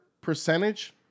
percentage